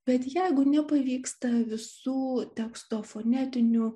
bet jeigu nepavyksta visų teksto fonetinių